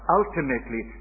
ultimately